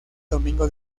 domingo